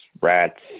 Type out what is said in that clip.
rats